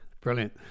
Brilliant